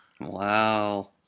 wow